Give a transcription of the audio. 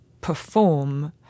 perform